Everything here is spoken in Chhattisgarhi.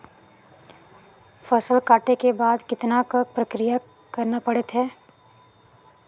फसल काटे के बाद कतना क प्रक्रिया करना पड़थे?